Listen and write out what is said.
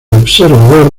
observador